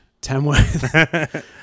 Tamworth